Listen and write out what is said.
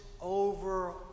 over